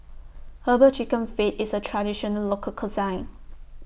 Herbal Chicken Feet IS A Traditional Local Cuisine